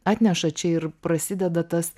atneša čia ir prasideda tas